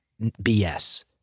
BS